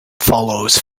follows